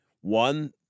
One